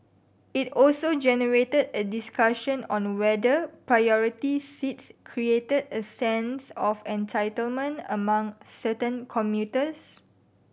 it also generated a discussion on whether priority seats created a sense of entitlement among certain commuters